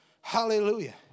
Hallelujah